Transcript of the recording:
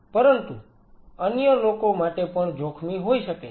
પરંતુ અન્ય લોકો માટે પણ જોખમી હોઈ શકે છે